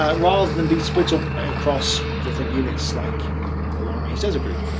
ah rather than be split up across different units like in the long range desert group,